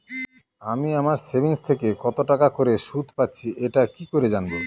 আমি আমার সেভিংস থেকে কতটাকা করে সুদ পাচ্ছি এটা কি করে জানব?